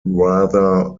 rather